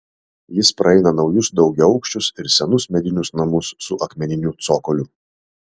jis praeina naujus daugiaaukščius ir senus medinius namus su akmeniniu cokoliu